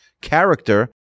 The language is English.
character